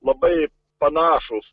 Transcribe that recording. labai panašūs